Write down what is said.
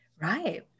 right